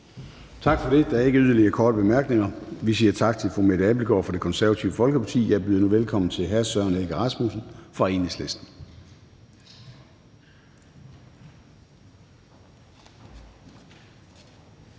Gade): Der er ikke flere korte bemærkninger, så vi siger tak til fru Mette Abildgaard fra Det Konservative Folkeparti. Jeg byder nu velkommen til hr. Søren Egge Rasmussen fra Enhedslisten.